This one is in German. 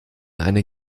eine